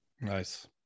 Nice